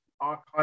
archive